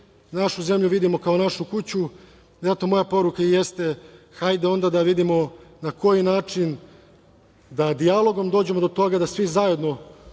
našu zemlju vidimo kao našu kuću, zato moja poruka i jeste - hajde onda da vidimo na koji način da dijalogom dođemo do toga da svi zajedno